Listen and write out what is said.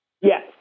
Yes